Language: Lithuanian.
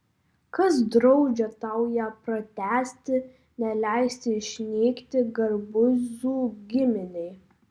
kas draudžia tau ją pratęsti neleisti išnykti garbuzų giminei